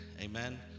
Amen